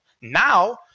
Now